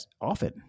often